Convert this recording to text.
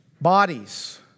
Bodies